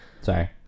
Sorry